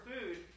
food